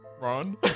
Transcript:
Ron